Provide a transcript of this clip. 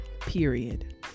Period